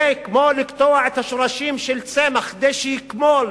זה כמו לקטוע את השורשים של צמח כדי שיקמול,